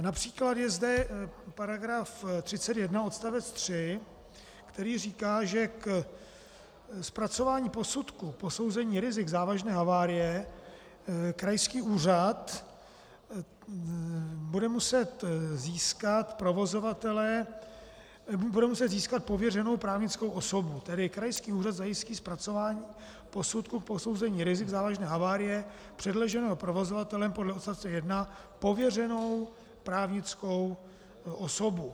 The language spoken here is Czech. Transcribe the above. Například je zde § 31 odst. 3, který říká, že k zpracování posudku posouzení rizik závažné havárie krajský úřad bude muset získat provozovatele, bude muset získat pověřenou právnickou osobu, tedy krajský úřad zajistí zpracování posudku k posouzení rizik závažné havárie předloženého provozovatelem podle odst. 1 pověřenou právnickou osobu.